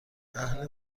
اهل